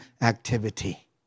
activity